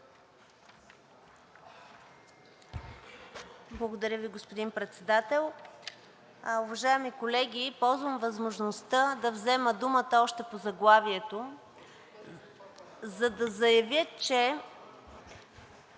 Благодаря Ви, господин Председател. Уважаеми колеги, ползвам възможността да взема думата още по заглавието, за да заявя, че